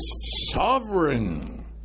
sovereign